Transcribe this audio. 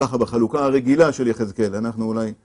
ככה בחלוקה הרגילה של יחזקאל, אנחנו אולי...